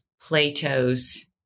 Plato's